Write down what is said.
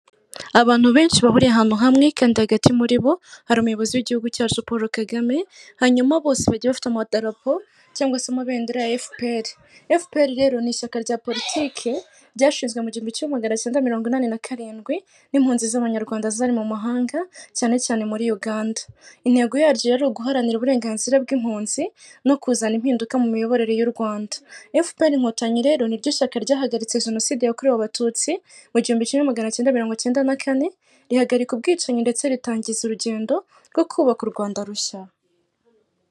abantu benshi bahuriye ahantu hamwe kandi hagati muri bo hari umuyobozi w'igihugu cyacu paul kagame hanyuma bose bajya bafite amadaropo cyangwa se amabendera ya fpr .fpr rero ni ishyaka rya politiki ryashinzwe mu gihugumbi kimwe magana cyenda mirongo inani na karindwi n'impunzi z'abanyarwanda zari mu mahanga cyane cyane muri uganda intego yaryo yari uguharanira uburenganzira bw'impunzi no kuzana impinduka mu miyoborere y'u rwanda fpr inkotanyi rero ni ryo shyaka ryahagaritse jenoside yakorewe abatutsi mu igihumbi kimwe maganacyenda mirongo icyenda nakane rihagarika ubwicanyi ndetse ritangiza urugendo rwo kubaka u rwanda rushya.